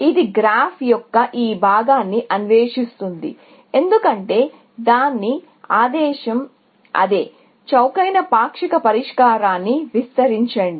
ఇది గ్రాఫ్ యొక్క ఈ భాగాన్ని అన్వేషిస్తుంది ఎందుకంటే దాని ఆదేశం అదే చౌకైన పాక్షిక పరిష్కారాన్ని విస్తరించండి